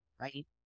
right